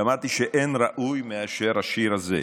וחשבתי שאין ראוי מהשיר הזה.